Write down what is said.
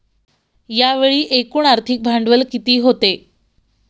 यावेळी एकूण आर्थिक भांडवल किती होते?